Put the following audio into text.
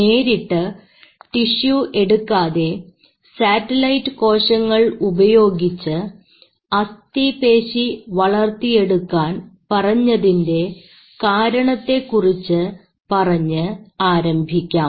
നേരിട്ട് ടിഷ്യു എടുക്കാതെ സാറ്റലൈറ്റ് കോശങ്ങൾ ഉപയോഗിച്ച് അസ്ഥി പേശി വളർത്തിയെടുക്കാൻ പറഞ്ഞതിന്റെ കാരണത്തെക്കുറിച്ച് പറഞ്ഞ് ആരംഭിക്കാം